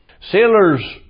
Sailors